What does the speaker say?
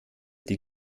die